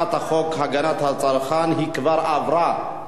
הצעת חוק הגנת הצרכן, היא כבר עברה.